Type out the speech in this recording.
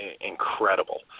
incredible